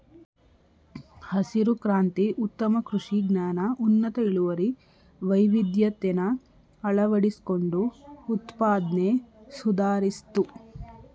ಹಸಿರು ಕ್ರಾಂತಿ ಉತ್ತಮ ಕೃಷಿ ಜ್ಞಾನ ಉನ್ನತ ಇಳುವರಿ ವೈವಿಧ್ಯತೆನ ಅಳವಡಿಸ್ಕೊಂಡು ಉತ್ಪಾದ್ನೆ ಸುಧಾರಿಸ್ತು